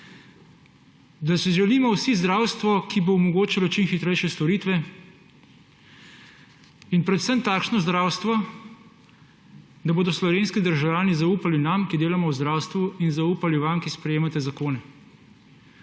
Da si želimo vsi zdravstvo, ki bo omogočilo čim hitrejše storitve, in predvsem takšno zdravstvo, da bodo slovenski državljani zaupali nam, ki delamo v zdravstvu, in zaupali vam, ki sprejemate zakone.